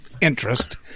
interest